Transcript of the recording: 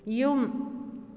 ꯌꯨꯝ